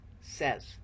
says